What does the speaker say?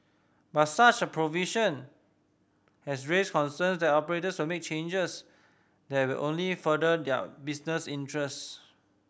but such a provision has raised concerns that operators will make changes that will only further their business interest